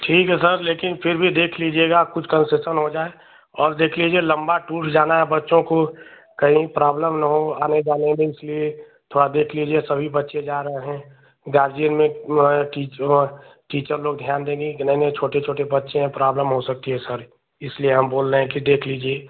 ठीक है सर लेकिन फिर भी देख लीजिएगा कुछ कंसेसन हो जाए और देख लीजिए लंबा टूर जाना है बच्चों को कहीं प्राब्लम ना हो आने जाने में इसलिए थोड़ा देख लीजिए सभी बच्चे जा रहे हैं गार्जियन में टीचर वाँह टीचर लोग ध्यान देंगे कि नहीं नहीं छोटे छोटे बच्चे हैं प्राब्लम हो सकती है सारी इसलिए हम बोल रहे हैं कि देख लीजिए